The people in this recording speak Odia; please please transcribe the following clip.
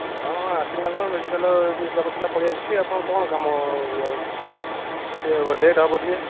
ମ୍ୟାଡ଼ାମ୍ ଆସିଲା କ'ଣ ମେଡ଼ିକାଲ ଟିକେ କାମ ଥିଲା ପଳେଈ ଆସିଲି ଆପଣ କ'ଣ କାମ ମୋର ଟିକେ ଲେଟ୍ ହେବ ଟିକେ